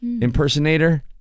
impersonator